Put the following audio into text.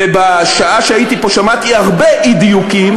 ובשעה שהייתי פה שמעתי הרבה אי-דיוקים.